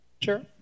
sure